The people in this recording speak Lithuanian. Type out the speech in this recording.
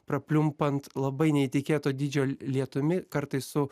prapliumpant labai neįtikėto dydžio lietumi kartais su